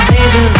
Baby